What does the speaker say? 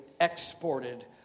exported